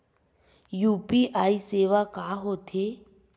UPI सेवा का होथे?